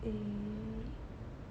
eh